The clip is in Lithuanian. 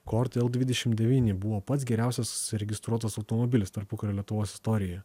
kort el dvidešimt devyni buvo pats geriausias užsiregistruotas automobilis tarpukario lietuvos istorijoje